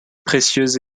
précieuse